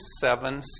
seven